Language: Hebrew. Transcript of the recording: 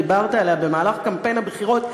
דיברת עליה במהלך קמפיין הבחירות,